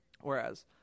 Whereas